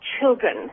children